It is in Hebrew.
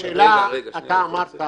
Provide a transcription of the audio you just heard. אתה אמרת